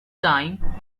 time